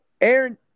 Aaron